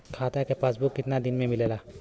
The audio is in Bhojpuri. खाता के पासबुक कितना दिन में मिलेला?